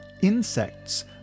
insects